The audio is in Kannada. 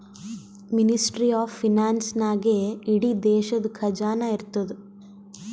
ಮಿನಿಸ್ಟ್ರಿ ಆಫ್ ಫೈನಾನ್ಸ್ ನಾಗೇ ಇಡೀ ದೇಶದು ಖಜಾನಾ ಇರ್ತುದ್